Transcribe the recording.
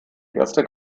erste